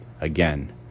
Again